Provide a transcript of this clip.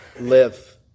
live